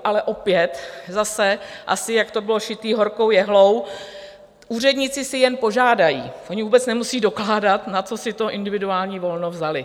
Ale opět, zase, asi jak to bylo šité horkou jehlou, úředníci si jen požádají, oni vůbec nemusí dokládat, na co si to individuální volno vzali.